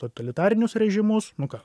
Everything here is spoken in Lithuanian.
totalitarinius režimus nu ką